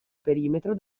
perimetro